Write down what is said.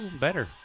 better